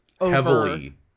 heavily